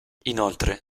inoltre